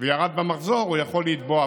וירד במחזור יכול לתבוע,